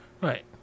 right